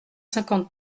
cinquante